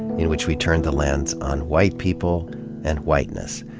in which we turned the lens on white people and whiteness.